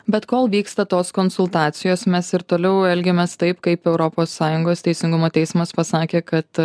bet kol vyksta tos konsultacijos mes ir toliau elgiamės taip kaip europos sąjungos teisingumo teismas pasakė kad